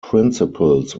principles